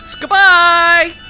Goodbye